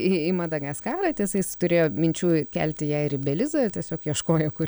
į į madagaskarą tiesa jis turėjo minčių kelti ją ir į belizą tiesiog ieškojo kur